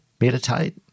meditate